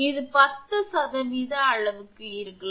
இது 10 சதவீத அளவிற்கு இருக்கலாம்